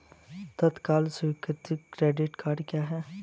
तत्काल स्वीकृति credit cards क्या हैं?